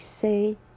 say